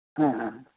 ᱦᱮᱸ ᱦᱮᱸ